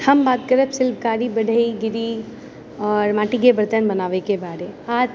हम बात करब शिल्पकारी बढ़ईगिरि आओर माटिके बर्तन बनाबएके बारे आज